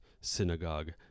synagogue